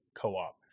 co-op